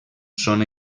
són